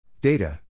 data